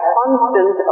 constant